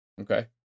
Okay